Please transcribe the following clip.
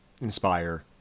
inspire